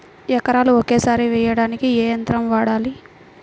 ఎకరాలు ఒకేసారి వేయడానికి ఏ యంత్రం వాడాలి?